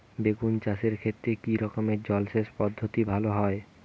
বেগুন চাষের ক্ষেত্রে কি রকমের জলসেচ পদ্ধতি ভালো হয়?